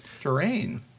terrain